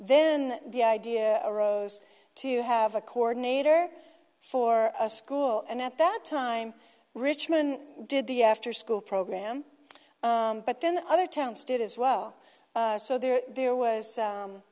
then the idea arose to have a coordinator for a school and at that time richmond did the afterschool program but then other towns did as well so there there was